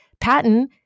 Patton